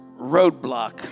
roadblock